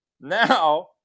now